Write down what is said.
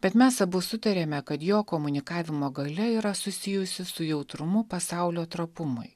bet mes abu sutarėme kad jo komunikavimo galia yra susijusi su jautrumu pasaulio trapumui